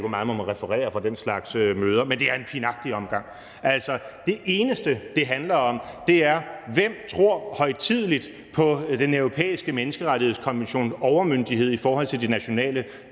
hvor meget man må referere fra den slags møder – en pinagtig omgang. Altså, det eneste, det handler om, er, hvem der højtideligt tror på Den Europæiske Menneskerettighedskonventions overmyndighed i forhold til de nationale